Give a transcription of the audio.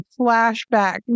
flashback